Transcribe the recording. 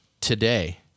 today